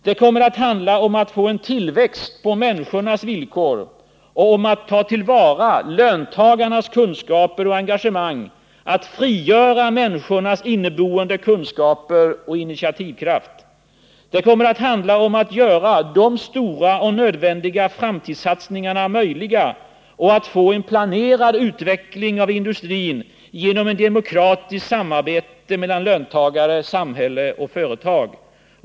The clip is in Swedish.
Det kommer att handla om att få en tillväxt på människornas villkor och om att ta till vara löntagarnas kunskaper och engagemang, att frigöra människors inneboende kunskaper och initiativkraft. Det kommer att handla om att göra de stora och nödvändiga framtidssatsningarna möjliga och få en planerad utveckling av industrin genom ett demokratiskt samarbete mellan löntagare, samhälle och företag.